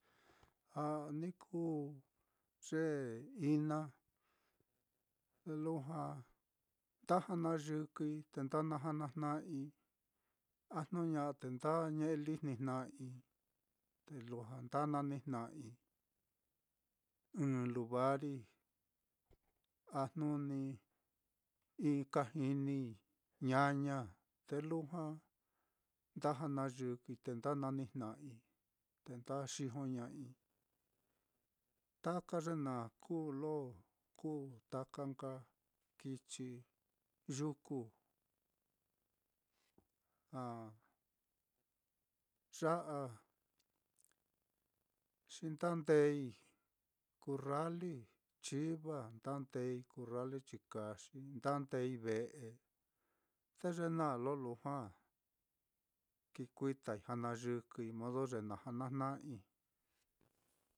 A ni kuu ina lo lujua nda janayɨkɨi te nda nanijna'ai, a jnu ña'a te nda ñe'e lijnijna'ai, te lujua nda nanijna'ai ɨ́ɨ́n lugari, a jnu ni ka jinii ñaña, te lujua nda janayɨkɨi te nda nanijna'ai, te nda xijoña'ai, taka ye naá kuu lo kuu taka nka chitií yuku ah, ya a xi ndeei kurrali chiva, ndeei kurrali chikaxi, nda ndeei ve'e, te ye naá lo lujua kikuitai janayɨkɨi modo ye na najanajna'ai.